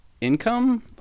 income